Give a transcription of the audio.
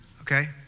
Okay